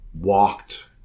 walked